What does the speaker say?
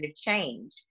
change